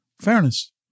Fairness